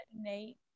Nate